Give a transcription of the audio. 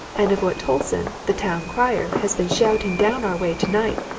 and of what tolson, the town-crier, has been shouting down our way tonight,